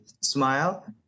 smile